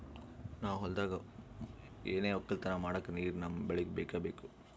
ನಾವ್ ಹೊಲ್ದಾಗ್ ಏನೆ ವಕ್ಕಲತನ ಮಾಡಕ್ ನೀರ್ ನಮ್ ಬೆಳಿಗ್ ಬೇಕೆ ಬೇಕು